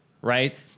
right